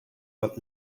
but